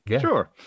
Sure